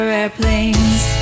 airplanes